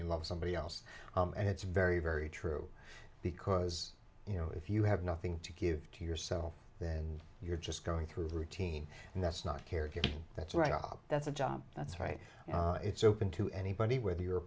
you love somebody else and it's very very true because you know if you have nothing to give to yourself then you're just going through a routine and that's not care if that's right bob that's a job that's right it's open to anybody whether you're a